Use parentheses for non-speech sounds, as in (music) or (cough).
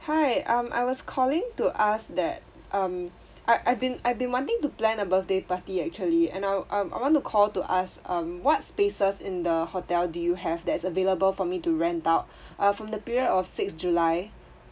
hi um I was calling to ask that um I I've been I've been wanting to plan a birthday party actually and I um I want to call to ask um what spaces in the hotel do you have that is available for me to rent out (breath) uh from the period of sixth july